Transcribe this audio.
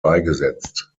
beigesetzt